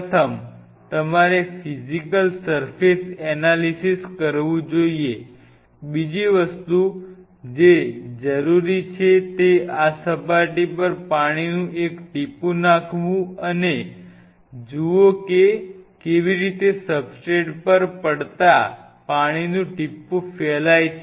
પ્રથમ તમારે physical surface analysis કરવું જોઈએ બીજી વસ્તુ જે જરૂરી છે તે આ સપાટી પર પાણીનું એક ટીપું નાખવું અને જુઓ કે કેવી રીતે સબસ્ટ્રેટ પર પડતા પાણીનું ટીપું ફેલાય છે